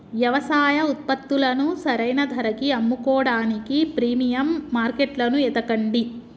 యవసాయ ఉత్పత్తులను సరైన ధరకి అమ్ముకోడానికి ప్రీమియం మార్కెట్లను ఎతకండి